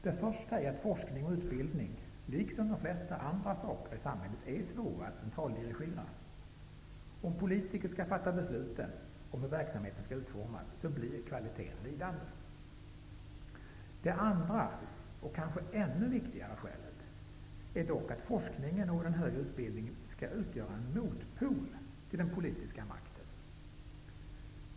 Det första är att forskning och utbildning -- liksom de flesta andra saker i samhället -- är svåra att centraldirigera. Om politiker skall fatta besluten om hur verksamheten skall utformas blir kvaliteten lidande. Det andra och kanske ännu viktigare skälet är dock att forskningen och den högre utbildningen skall utgöra en motpol till den politiska makten.